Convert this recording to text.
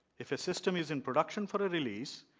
if a system is in production for release,